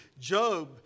Job